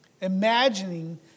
Imagining